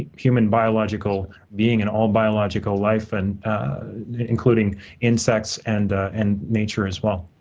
ah human biological being and all biological life, and including insects and and nature as well.